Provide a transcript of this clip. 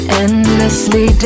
endlessly